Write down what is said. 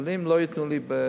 אבל אם לא ייתנו ולא